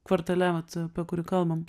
kvartale vat apie kurį kalbam